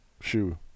shoe